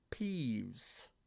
peeves